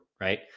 right